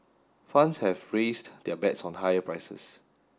funds have raised their bets on higher prices